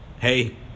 hey